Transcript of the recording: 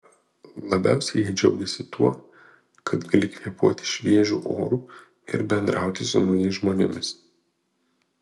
labiausiai jie džiaugėsi tuo kad gali kvėpuoti šviežiu oru ir bendrauti su naujais žmonėmis